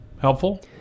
helpful